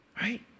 right